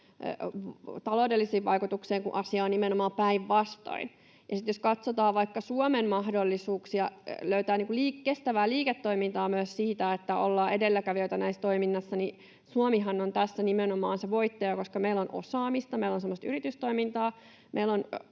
taloudellisiin vaikutuksiin, kun asia on nimenomaan päinvastoin. Ja sitten jos katsotaan vaikka Suomen mahdollisuuksia löytää kestävää liiketoimintaa myös siitä, että ollaan edelläkävijöitä näissä toiminnoissa, niin Suomihan on tässä nimenomaan se voittaja, koska meillä on osaamista, meillä on semmoista yritystoimintaa, meillä on